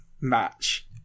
match